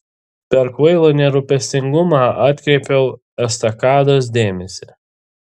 per kvailą nerūpestingumą atkreipiau estakados dėmesį